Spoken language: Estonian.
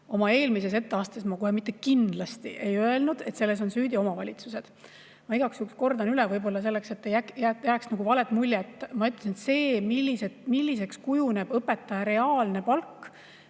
Oma eelmises etteastes ma kohe kindlasti mitte ei öelnud, et selles on süüdi omavalitsused. Ma igaks juhuks kordan üle, võib-olla selleks, et ei jääks valet muljet. Ma ütlesin, et see, milliseks kujuneb õpetaja reaalne palk,